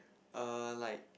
err like